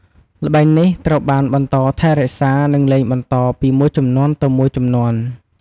ល្បែងនេះត្រូវបានបន្តថែរក្សា និងលេងបន្តពីមួយជំនាន់ទៅមួយជំនាន់។